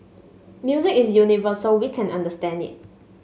music is universal we can understand it